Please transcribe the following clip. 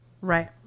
Right